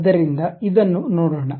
ಆದ್ದರಿಂದ ಇದನ್ನು ನೋಡೋಣ